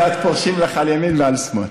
ואת פורשים לך על ימין ועל שמאל.